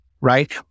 right